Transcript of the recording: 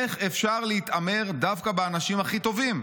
איך אפשר להתעמר דווקא באנשים הכי טובים?